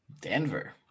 Denver